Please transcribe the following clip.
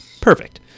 Perfect